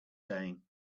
saying